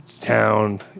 town